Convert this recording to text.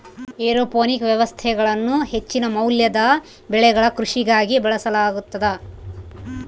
aeroponic ವ್ಯವಸ್ಥೆಗಳನ್ನು ಹೆಚ್ಚಿನ ಮೌಲ್ಯದ ಬೆಳೆಗಳ ಕೃಷಿಗಾಗಿ ಬಳಸಲಾಗುತದ